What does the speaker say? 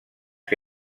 que